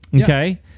Okay